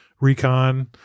recon